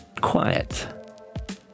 quiet